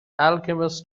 alchemist